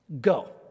go